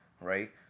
right